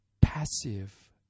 passive